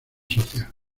social